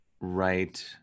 right